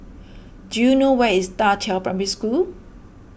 do you know where is Da Qiao Primary School